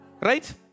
Right